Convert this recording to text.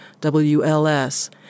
WLS